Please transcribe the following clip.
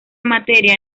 materia